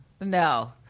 No